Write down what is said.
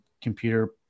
computer